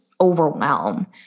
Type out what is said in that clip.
overwhelm